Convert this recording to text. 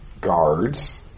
guards